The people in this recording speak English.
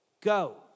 go